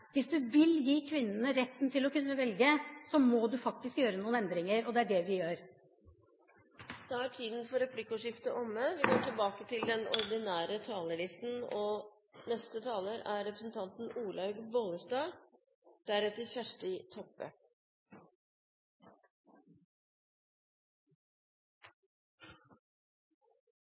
Hvis man vil gi kvinnene retten til å kunne velge, må man faktisk gjøre noen endringer, og det er det vi gjør. Replikkordskiftet er omme. Denne saken har utgangspunkt i en avtale mellom Høyre, Fremskrittspartiet og